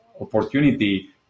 opportunity